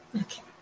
Okay